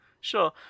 Sure